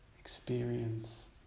experience